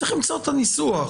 צריך למצוא את הניסוח.